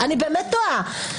אני באמת תוהה.